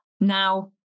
Now